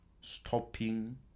stopping